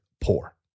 poor